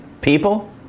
people